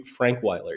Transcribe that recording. Frankweiler